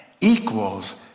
equals